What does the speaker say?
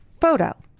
photo